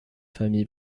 famille